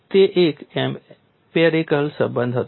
તે એક એમ્પિરિકલ સંબંધ હતો